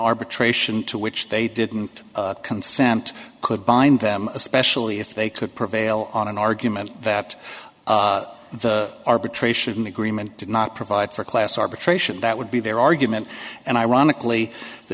arbitration to which they did and consent could bind them especially if they could prevail on an argument that the arbitration agreement did not provide for class arbitration that would be their argument and ironically the